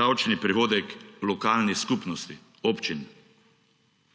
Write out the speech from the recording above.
davčni prihodek lokalni skupnosti, občini.